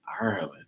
Ireland